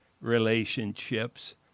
relationships